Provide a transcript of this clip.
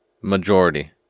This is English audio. Majority